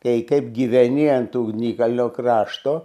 tai kaip gyveni ant ugnikalnio krašto